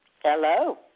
Hello